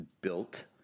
built